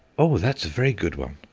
oh, that's a very good one,